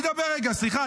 תן לי לדבר רגע, סליחה.